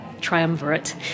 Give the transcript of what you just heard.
triumvirate